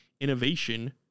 Innovation